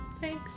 Thanks